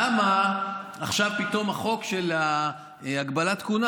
למה עכשיו פתאום החוק של הגבלת כהונה